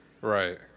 Right